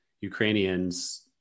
Ukrainians